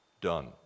done